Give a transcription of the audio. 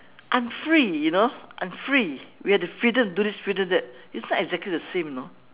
I'm free you know I'm free we have the freedom to do this do that it is not exactly the same you know